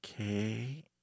Okay